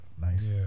Nice